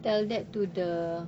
tell that to the